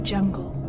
Jungle